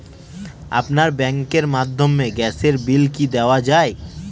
আপনার ব্যাংকের মাধ্যমে গ্যাসের বিল কি দেওয়া য়ায়?